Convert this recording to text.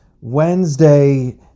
Wednesday